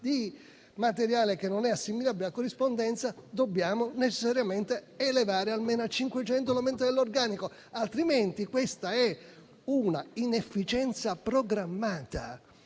di materiale che non è assimilabile a corrispondenza, dobbiamo necessariamente elevare almeno a 500 l'organico. Altrimenti questa sarà un'inefficienza programmata.